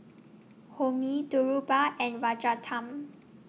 Homi Dhirubhai and Rajaratnam